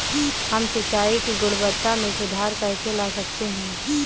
हम सिंचाई की गुणवत्ता में सुधार कैसे ला सकते हैं?